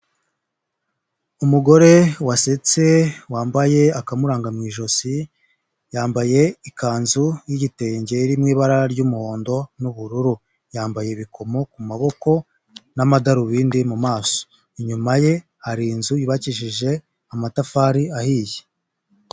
Umugore wasetse wambaye akamuranga mu ijosi, yambaye ikanzu y'igitenge iri mu ibara ry'umuhondo n'ubururu, yambaye ibikomo ku maboko n'amadarubindi mu maso, inyuma ye hari inzu yubakishije amatafari ahiye.